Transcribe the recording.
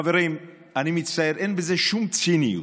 חברים, אני מצטער, אין בזה שום ציניות.